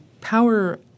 power